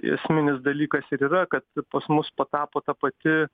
esminis dalykas ir yra kad pas mus patapo ta pati